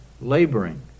laboring